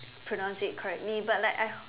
pronounced it correctly but like I